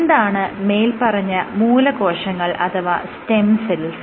എന്താണ് മേല്പറഞ്ഞ മൂലകോശങ്ങൾ അഥവാ സ്റ്റെം സെൽസ്